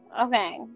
Okay